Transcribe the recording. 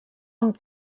amb